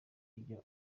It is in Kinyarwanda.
iryo